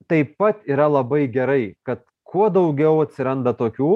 taip pat yra labai gerai kad kuo daugiau atsiranda tokių